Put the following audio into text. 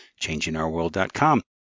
changingourworld.com